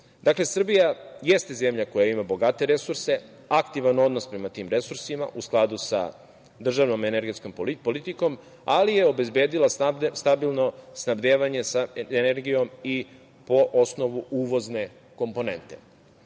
Dakle, Srbija jeste zemlja koja ima bogate resurse, aktivan odnos prema tim resursima u skladu sa državnom energetskom politikom, ali je obezbedila stabilno snabdevanje energijom i po osnovu uvozne komponente. Istina